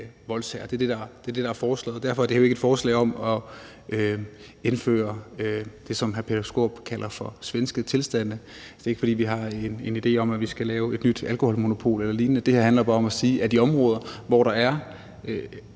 Det er det, der er foreslået, og derfor er det her jo ikke et forslag om at indføre det, som hr. Peter Skaarup kalder for svenske tilstande. Det er ikke, fordi vi har en idé om, at vi skal lave et nyt alkoholmonopol eller lignende. Det her handler bare om at sige, at i områder, hvor der